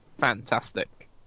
fantastic